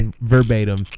verbatim